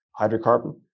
hydrocarbon